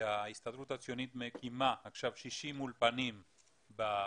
וההסתדרות הציונית מקימה עכשיו 60 אולפנים ביבשת,